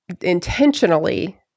intentionally